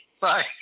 Bye